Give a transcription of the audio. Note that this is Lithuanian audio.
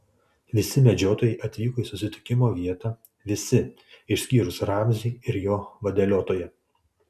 visi medžiotojai atvyko į susitikimo vietą visi išskyrus ramzį ir jo vadeliotoją